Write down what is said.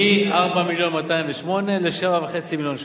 מ-4 מיליון ו-208,000 ל-7.5 מיליון ש"ח.